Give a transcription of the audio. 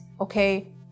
okay